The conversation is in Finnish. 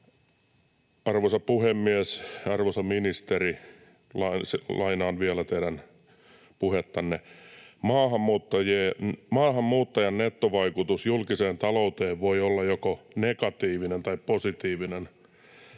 Arvoisa puhemies! Arvoisa ministeri, lainaan vielä teidän puhettanne: ”Maahanmuuttajan nettovaikutus julkiseen talouteen voi olla joko negatiivinen tai positiivinen.